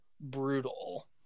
brutal